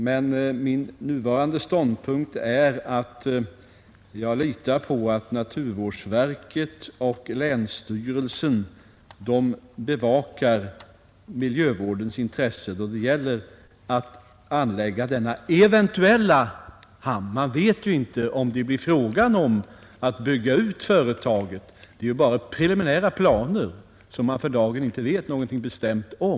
Men min nuvarande ståndpunkt är att jag litar på att naturvårdsverket och länsstyrelsen bevakar miljövårdens intressen då det gäller att anlägga denna eventuella hamn. Vi vet ju inte om det blir fråga om att bygga ut företaget — det är ju bara preliminära planer som man för dagen inte kan säga någonting bestämt om.